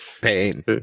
pain